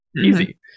easy